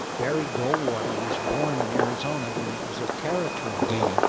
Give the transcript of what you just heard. barry goldwater was born in arizona when it was a territory.